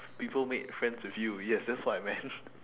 people made friends with you yes that's what I meant